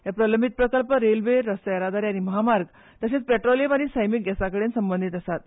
हे प्रलंबीत प्रकल्प रेल्वे रस्तो येरादारी आनी म्हामार्ग तशेंच पेट्रोलियम आनी सैमीक गॅसा कडेन संबंदींत आसात